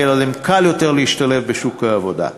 יהיה להם קל יותר להשתלב בשוק העבודה.